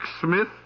Smith